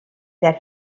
that